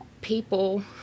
people